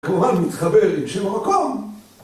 כמובן מתחבר עם שם או מקום